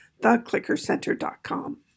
theclickercenter.com